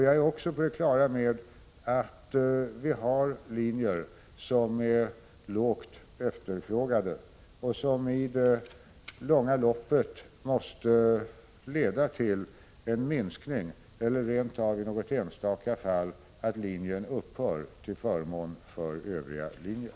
Jag är också på det klara med att vi har linjer som är lågt efterfrågade och som i det långa loppet måste leda till en minskning eller rent av, i något enstaka fall, till att de upphör till förmån för övriga linjer.